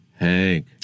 Hank